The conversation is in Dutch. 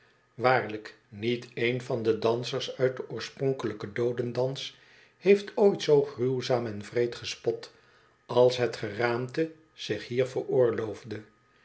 waarlijk niet een van de dansers uit den oorspronkelijken doodendans heeft ooit zoo gruwzaam en wreed gespot als het geraamte zich hier veroorloofde